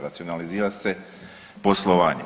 Racionalizira se poslovanje.